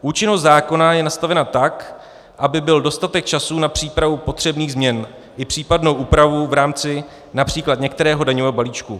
Účinnost zákona je nastavena tak, aby byl dostatek času na přípravu potřebných změn i případnou úpravu v rámci například některého daňového balíčku.